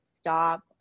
stop